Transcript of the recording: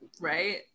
Right